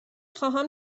خواهم